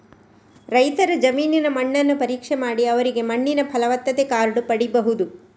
ರೈತರ ಜಮೀನಿನ ಮಣ್ಣನ್ನು ಪರೀಕ್ಷೆ ಮಾಡಿ ಅವರಿಗೆ ಮಣ್ಣಿನ ಫಲವತ್ತತೆ ಕಾರ್ಡು ಪಡೀಬಹುದು